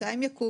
מתי הם יקומו,